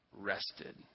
rested